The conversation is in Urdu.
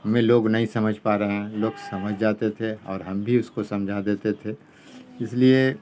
میں لوگ نہیں سمجھ پا رہے ہیں لوگ سمجھ جاتے تھے اور ہم بھی اس کو سمجھا دیتے تھے اس لیے